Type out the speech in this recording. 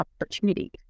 opportunity